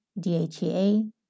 DHEA